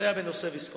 בנושא תוכנית ויסקונסין.